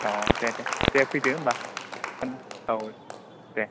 औ दे दे दे फैदो होमबा औ दे